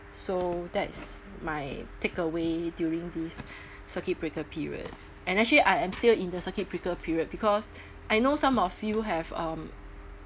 so that's my takeaway during this circuit breaker period and actually I am still in the circuit breaker period because I know some of you have um